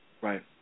Right